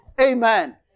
Amen